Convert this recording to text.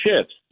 shifts